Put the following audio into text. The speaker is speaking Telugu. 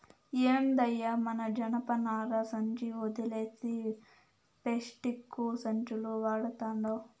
ఏందయ్యో మన జనపనార సంచి ఒదిలేసి పేస్టిక్కు సంచులు వడతండావ్